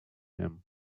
him